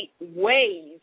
ways